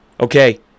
Okay